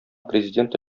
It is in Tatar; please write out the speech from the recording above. президенты